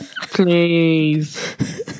Please